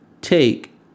take